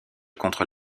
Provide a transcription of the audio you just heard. contre